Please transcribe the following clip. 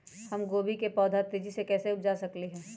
हम गोभी के पौधा तेजी से कैसे उपजा सकली ह?